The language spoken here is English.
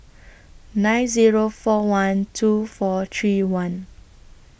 nine Zero four one two four three one